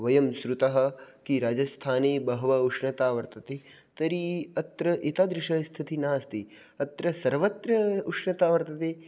वयं श्रुतः कि राजस्थाने बहवः उष्णता वर्तते तर्हि अत्र एतादृशस्थितिः नास्ति तत्र सर्वत्र उष्णता वर्तते